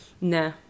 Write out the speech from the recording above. Nah